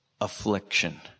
affliction